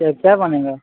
क्या क्या बनेगा